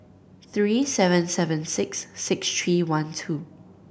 three seven seven six six three one two